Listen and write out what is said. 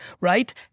right